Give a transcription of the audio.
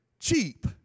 cheap